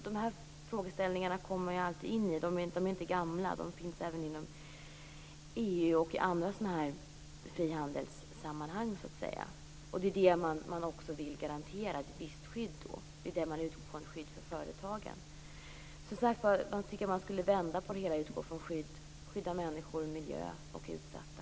De här frågeställningarna kommer alltid in, de är inte gamla utan de finns även inom EU och i andra frihandelssammanhang. Det är det man vill garantera ett visst skydd för. Man utgår från ett skydd för företagen. Som sagt tycker jag att man kanske skulle vända på det hela och skydda människor, miljö och de utsatta.